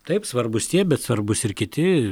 taip svarbūs tie bet svarbūs ir kiti